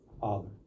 father